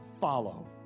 follow